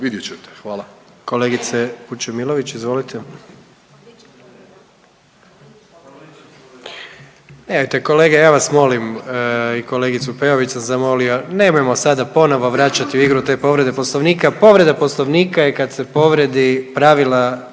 Vidjet ćete. Hvala.